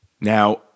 Now